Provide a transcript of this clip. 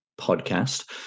podcast